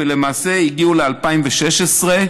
ולמעשה הגיעו ל-2016.